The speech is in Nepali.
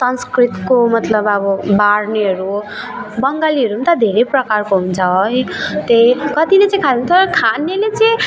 संस्कृतको मतलब अब बार्नेहरू हो बङ्गालीहरू त धेरै प्रकारको हुन्छ है त्यही कतिले खान्छ खानेले चाहिँ